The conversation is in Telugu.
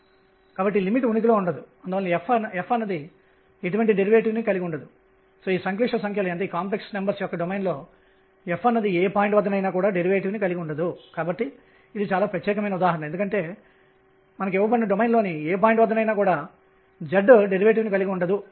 కాబట్టి యాంగులర్ మొమెంటం తక్కువగా ఉంటే కక్ష్య యొక్క దీర్ఘవృత్తాకారం ఎక్కువగా ఉంటుంది లేదా ఎక్స్సెంట్రిసిటీ ఎక్కువగా ఉంటుంది